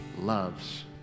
loves